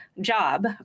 job